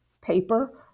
paper